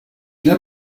n’as